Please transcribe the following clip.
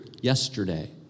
yesterday